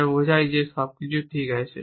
যা বোঝায় যে সবকিছু ঠিক আছে